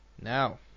now